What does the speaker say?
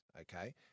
Okay